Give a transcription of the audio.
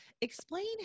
Explain